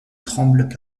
tremble